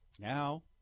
Now